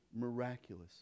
miraculous